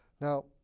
Now